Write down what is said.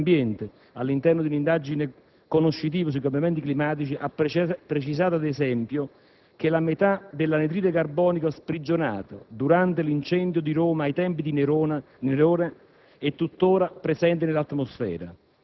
Il professor Rubbia, che abbiamo ascoltato in Commissione ambiente nel corso di un'indagine conoscitiva sui cambiamenti climatici, ha precisato, ad esempio, che la metà dell'anidride carbonica sprigionata durante l'incendio di Roma ai tempi di Nerone